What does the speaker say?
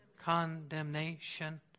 condemnation